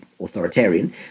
authoritarian